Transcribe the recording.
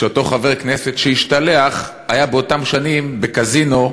ואותו חבר כנסת שהשתלח היה באותן שנים בקזינו,